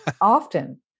often